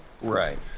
Right